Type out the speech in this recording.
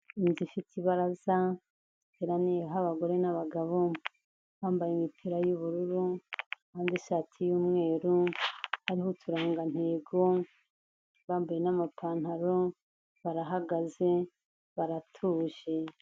Inzu ifite ibaraza, iteraniyeho abagore n'abagabo, bambaye imipira y'ubururu, abandi ishati y'umweru, hariho uturangantego, bambaye n'ama pantaro, barahagaze, baratuje.